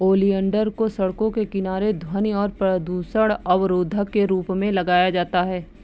oleander को सड़कों के किनारे ध्वनि और प्रदूषण अवरोधक के रूप में लगाया जाता है